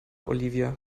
olivia